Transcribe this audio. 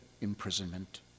imprisonment